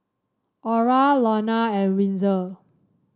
Ora Lonna and Wenzel